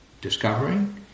discovering